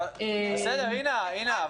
אינה,